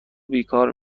بیکار